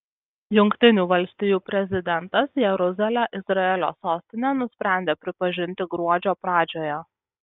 jungtinių valstijų prezidentas jeruzalę izraelio sostine nusprendė pripažinti gruodžio pradžioje